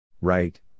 Right